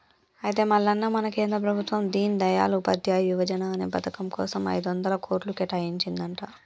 అయితే మల్లన్న మన కేంద్ర ప్రభుత్వం దీన్ దయాల్ ఉపాధ్యాయ యువజన అనే పథకం కోసం ఐదొందల కోట్లు కేటాయించిందంట